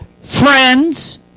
friends